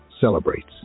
celebrates